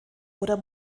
oder